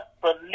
believe